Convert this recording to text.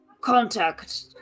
contact